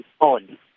on